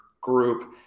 group